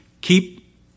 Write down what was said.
Keep